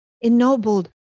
ennobled